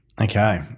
Okay